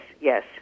yes